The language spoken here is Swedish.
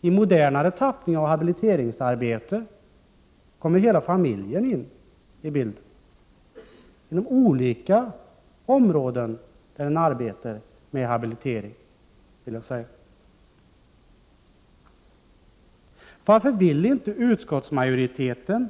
I modernare tappning av habiliteringsarbete inom olika områden kommer hela familjen in i bilden. Varför vill inte utskottsmajoriteten